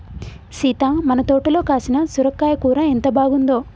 సీత మన తోటలో కాసిన సొరకాయ కూర ఎంత బాగుందో